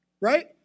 Right